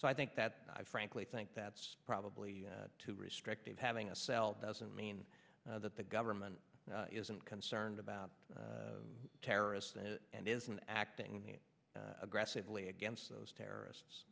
so i think that i frankly think that's probably too restrictive having a cell doesn't mean that the government isn't concerned about terrorists and isn't acting aggressively against those terrorists